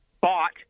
bought